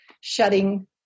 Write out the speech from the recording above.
shutting